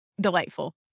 Delightful